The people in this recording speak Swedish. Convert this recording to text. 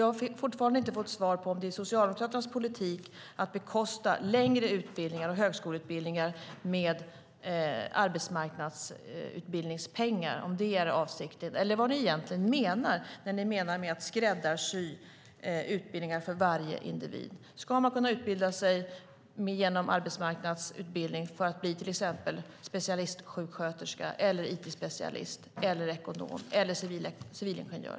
Jag har fortfarande inte fått svar på om det är Socialdemokraternas politik att bekosta längre utbildningar och högskoleutbildningar med arbetsmarknadsutbildningspengar. Jag vet inte om det är avsikten eller vad ni egentligen menar när ni talar om att skräddarsy utbildningar för varje individ. Ska man kunna utbilda sig genom arbetsmarknadsutbildning för att bli till exempel specialistsjuksköterska, it-specialist, ekonom eller civilingenjör?